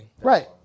right